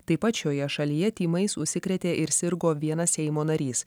taip pat šioje šalyje tymais užsikrėtė ir sirgo vienas seimo narys